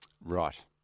Right